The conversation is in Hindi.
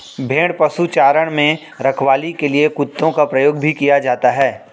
भेड़ पशुचारण में रखवाली के लिए कुत्तों का प्रयोग भी किया जाता है